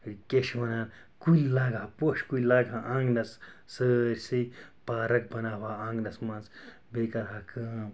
کیٛاہ چھِ وَنان کُلۍ لاگہٕ ہا پوشہِ کُلۍ لاگہٕ ہا آنٛگنَس سٲرسٕے پارَک بَناوٕ ہا آنٛگنَس منٛز بیٚیہِ کَرٕ ہا کٲم